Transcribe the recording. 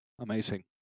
Amazing